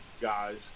guys